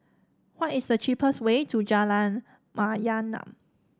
what is the cheapest way to Jalan Mayaanam